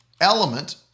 element